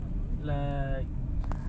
tadi nyanyi lagi